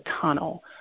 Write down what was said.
tunnel